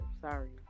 Sorry